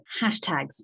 hashtags